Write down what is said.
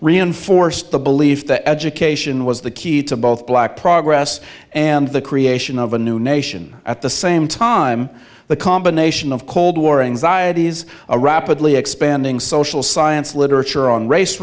reinforced the belief that education was the key to both black progress and the creation of a new nation at the same time the combination of cold war anxieties a rapidly expanding social science literature on race